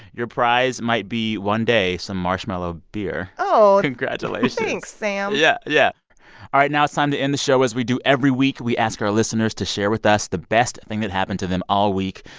your prize might be, one day, some marshmallow beer oh congratulations thanks, sam yeah, yeah. all right. now it's time to end the show as we do every week we ask our listeners to share with us the best thing that happened to them all week.